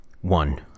One